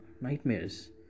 nightmares